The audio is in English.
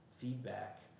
feedback